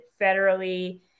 federally